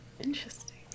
Interesting